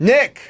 Nick